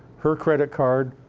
her credit card,